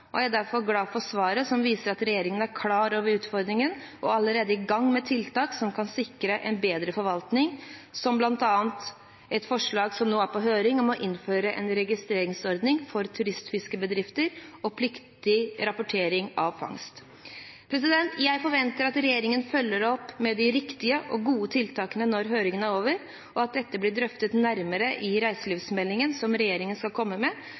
Jeg er derfor glad for svaret, som viser at regjeringen er klar over utfordringen og allerede er i gang med tiltak som kan sikre en bedre forvaltning, bl.a. med et forslag som nå er på høring, om å innføre en registreringsordning for turistfiskebedrifter og pliktig rapportering av fangst. Jeg forventer at regjeringen følger opp med de riktige og gode tiltakene når høringen er over, og at dette blir drøftet nærmere i reiselivsmeldingen som regjeringen skal komme med. Jeg ser fram til å jobbe videre med